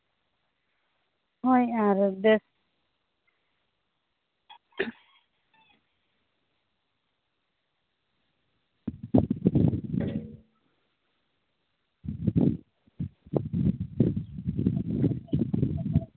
ᱦᱳᱭ ᱟᱨ ᱵᱮᱥ